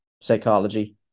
psychology